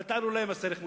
אל תעלו להם מס ערך מוסף,